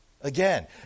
Again